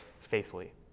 faithfully